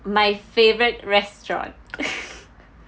my favourite restaurant